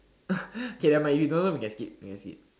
okay nevermind you don't know we can skip we can skip